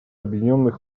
объединенных